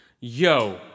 Yo